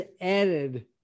added